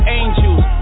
angels